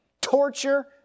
torture